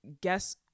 guess